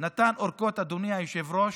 נתן ארכות למדינה, אדוני היושב-ראש,